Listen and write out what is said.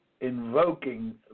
invoking